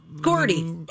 Gordy